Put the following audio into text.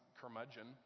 curmudgeon